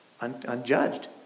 unjudged